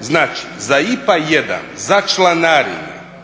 Znači za IPA 1 za članarine